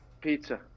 Pizza